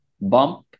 bump